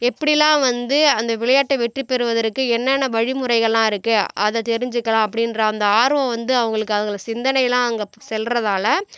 எப்படிலாம் வந்து அந்த விளையாட்டை வெற்றி பெறுவதற்கு என்னென்ன வழிமுறைகளெலாம் இருக்குது அதை தெரிஞ்சுக்கலாம் அப்படின்ற அந்த ஆர்வம் வந்து அவங்களுக்கு அதில் சிந்தனையெல்லாம் அங்கே செல்கிறதால